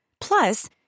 Plus